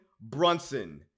Brunson